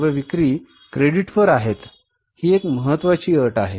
सर्व विक्री क्रेडिटवर आहेत ही एक महत्त्वाची अट आहे